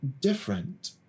different